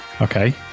okay